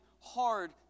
hard